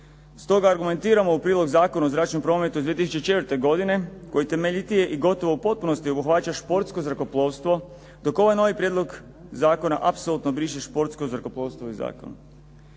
Stoga argumentiramo u prilog Zakona o zračnom prometu iz 2004. godine koji temeljitije i gotovo u potpunosti obuhvaća športsko zrakoplovstvo, dok ovaj novi prijedlog zakona apsolutno briše športsko zrakoplovstvo iz zakona.